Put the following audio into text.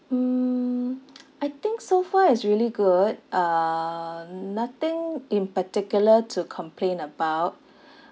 mm I think so far it's really good uh nothing in particular to complain about